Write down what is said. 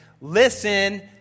listen